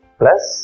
plus